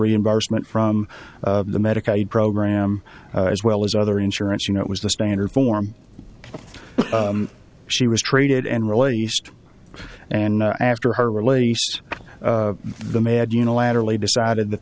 reimbursement from the medicaid program as well as other insurance you know it was the standard form she was treated and released and after her release the med unilaterally decided that